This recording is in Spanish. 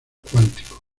cuánticos